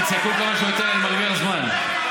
תצעקו כמה שיותר, אני מרוויח זמן.